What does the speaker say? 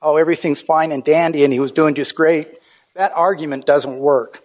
oh everything's fine and dandy and he was doing just great that argument doesn't work